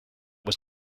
was